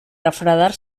refredar